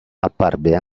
apparve